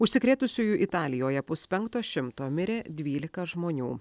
užsikrėtusiųjų italijoje puspenkto šimto mirė dvylika žmonių